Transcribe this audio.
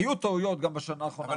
היו טעויות גם בשנה האחרונה,